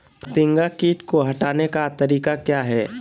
फतिंगा किट को हटाने का तरीका क्या है?